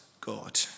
God